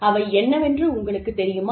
அவை என்னவென்று உங்களுக்குத் தெரியுமா